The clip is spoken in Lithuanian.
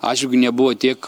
atžvilgiu nebuvo tiek